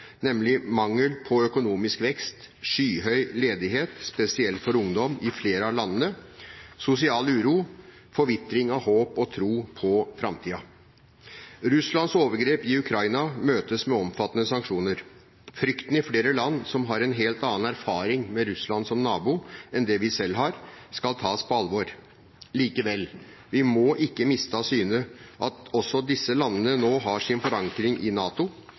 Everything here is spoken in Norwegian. nemlig mangel på økonomisk vekst, skyhøy ledighet – spesielt for ungdom i flere av landene – sosial uro, forvitring av håp og tro på framtiden. Russlands overgrep i Ukraina møtes med omfattende sanksjoner. Frykten i flere land som har en helt annen erfaring med Russland som nabo enn det vi selv har, skal tas på alvor. Likevel: Vi må ikke miste av syne at også disse landene nå har sin forankring i NATO,